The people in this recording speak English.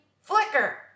flicker